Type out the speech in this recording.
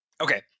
Okay